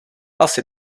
asi